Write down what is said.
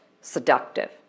seductive